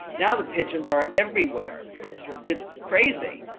now the pigeons are everywhere. it's, it's crazy.